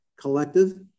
collective